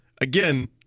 again